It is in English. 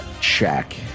check